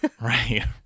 Right